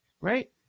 right